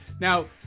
Now